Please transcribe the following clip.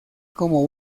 como